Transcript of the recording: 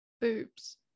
boobs